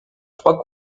trois